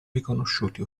riconosciuti